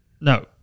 No